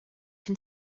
can